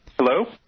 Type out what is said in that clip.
Hello